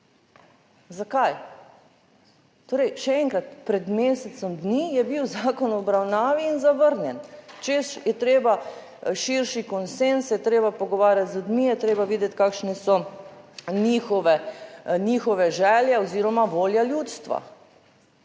Zakaj? Torej še enkrat, pred mesecem dni je bil zakon v obravnavi in zavrnjen, češ, je treba širši konsenz, se je treba pogovarjati z ljudmi, je treba videti kakšne so njihove želje oziroma volja ljudstva.